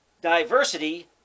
diversity